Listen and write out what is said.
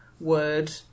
word